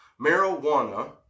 marijuana